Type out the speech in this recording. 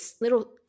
little –